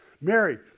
Mary